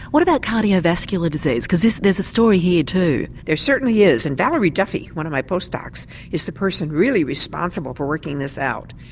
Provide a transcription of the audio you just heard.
what about cardiovascular disease, because there's a story here too? there certainly is. and valerie duffy one of my post docs is the person really responsible for working this out.